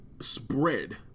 Spread